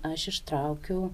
aš ištraukiau